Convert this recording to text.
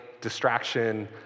distraction